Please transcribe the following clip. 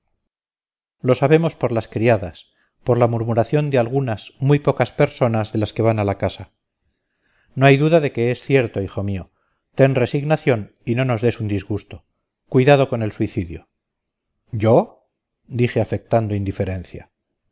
lo sabemos por las criadas por la murmuración de algunas muy pocas personas de las que van a la casa no hay duda de que es cierto hijo mío ten resignación y no nos des un disgusto cuidado con el suicidio yo dije afectando indiferencia